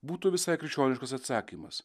būtų visai krikščioniškas atsakymas